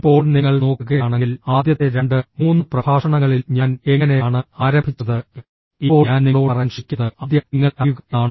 ഇപ്പോൾ നിങ്ങൾ നോക്കുകയാണെങ്കിൽ ആദ്യത്തെ 23 പ്രഭാഷണങ്ങളിൽ ഞാൻ എങ്ങനെയാണ് ആരംഭിച്ചത് ഇപ്പോൾ ഞാൻ നിങ്ങളോട് പറയാൻ ശ്രമിക്കുന്നത് ആദ്യം നിങ്ങളെ അറിയുക എന്നാണ്